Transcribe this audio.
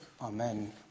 Amen